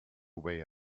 way